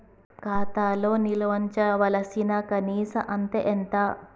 ఖాతా లో నిల్వుంచవలసిన కనీస అత్తే ఎంత?